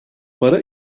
para